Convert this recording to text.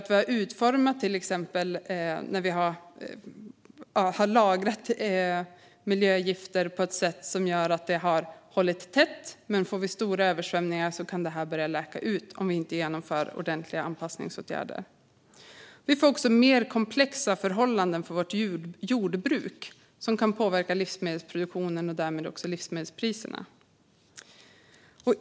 Vi har lagrat miljögifter på ett sådant sätt att det har hållit tätt, men om vi får stora översvämningar kan miljögifterna börja läcka ut om vi inte genomför ordentliga anpassningsåtgärder. Vi får också mer komplexa förhållanden för vårt jordbruk som kan påverka livsmedelsproduktionen och därmed också livsmedelspriserna.